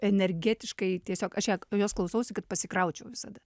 energetiškai tiesiog aš ją jos klausausi kad pasikraučiau visada